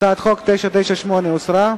הצעת חוק פ/998 הוסרה.